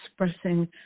expressing